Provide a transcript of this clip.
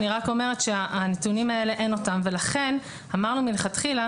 אני רק אומרת שאין את הנתונים האלה ולכן אמרנו מלכתחילה